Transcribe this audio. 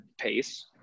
pace